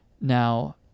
Now